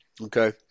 Okay